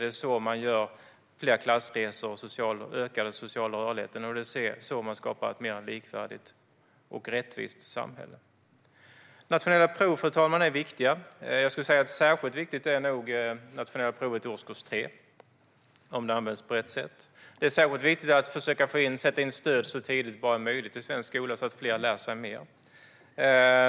Det är så man gör att det blir fler klassresor, ökar den sociala rörligheten och skapar ett mer likvärdigt och rättvist samhälle. Fru talman! Nationella prov är viktiga. Jag skulle säga att särskilt viktigt är nog det nationella provet i årskurs 3, om det används på rätt sätt. Det är särskilt viktigt att sätta in stöd så tidigt som det bara är möjligt i svensk skola så att fler lär sig mer.